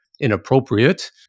inappropriate